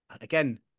Again